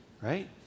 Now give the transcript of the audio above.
right